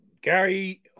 Gary